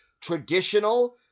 traditional